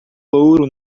louro